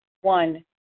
One